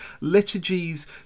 liturgies